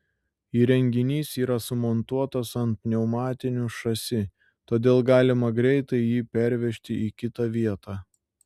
įrenginys yra sumontuotas ant pneumatinių šasi todėl galima greitai jį pervežti į kitą vietą